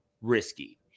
risky